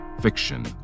fiction